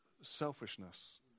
selfishness